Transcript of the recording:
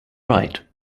right